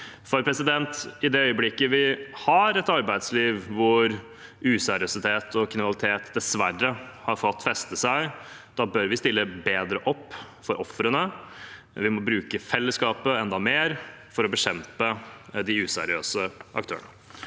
eller rettsråd. I det øyeblikket vi har et arbeidsliv hvor useriøsitet og kriminalitet dessverre har fått feste seg, bør vi stille bedre opp for ofrene. Vi må bruke fellesskapet enda mer for å bekjempe de useriøse aktørene.